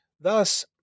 Thus